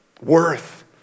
worth